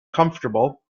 comfortable